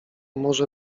może